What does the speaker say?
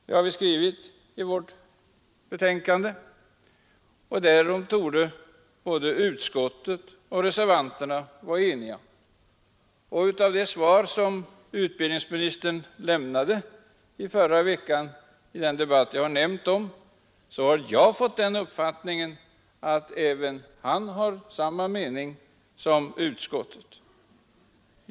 Det har vi skrivit i vårt betänkande, och därom torde både utskottsmajoriteten och reservanterna vara eniga. Av det svar som utbildningsministern lämnade i förra veckan i den debatt jag nyss nämnde har jag fått den uppfattningen att även han har samma mening som utskottsmajoriteten.